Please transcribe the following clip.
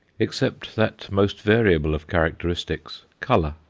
except that most variable of characteristics, colour.